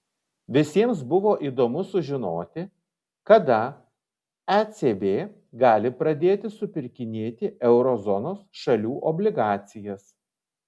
visiems buvo įdomu sužinoti kada ecb gali pradėti supirkinėti euro zonos šalių obligacijas